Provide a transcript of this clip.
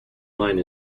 line